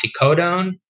oxycodone